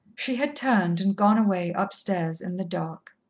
she had turned and gone away upstairs in the dark.